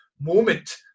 moment